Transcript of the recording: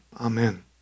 Amen